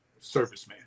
serviceman